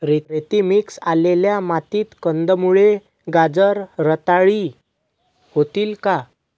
रेती मिक्स असलेल्या मातीत कंदमुळे, गाजर रताळी होतील का?